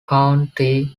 county